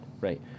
Right